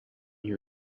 you